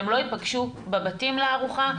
הם לא ייפגשו בבתים לארוחה,